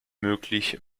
möglich